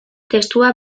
testua